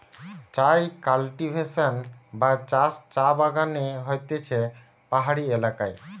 চায় কাল্টিভেশন বা চাষ চা বাগানে হতিছে পাহাড়ি এলাকায়